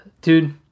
Dude